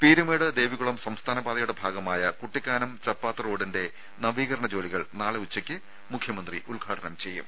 പീരുമേട് ദേവികുളം സംസ്ഥാന പാതയുടെ ഭാഗമായ കുട്ടിക്കാനം ചപ്പാത്ത് റോഡിന്റെ നവീകരണ ജോലികൾ നാളെ ഉച്ചക്ക് മുഖ്യമന്ത്രി ഉദ്ഘാടനം ചെയ്യും